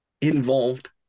involved